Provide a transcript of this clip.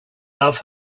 love